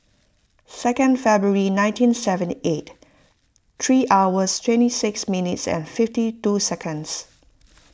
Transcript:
second February nineteen seventy eight three hours twenty six minutes and fifty two seconds